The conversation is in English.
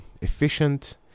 efficient